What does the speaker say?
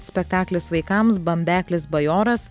spektaklis vaikams bambeklis bajoras